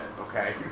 okay